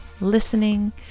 listening